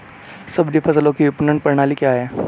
सब्जी फसलों की विपणन प्रणाली क्या है?